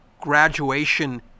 graduation